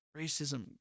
racism